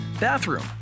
bathroom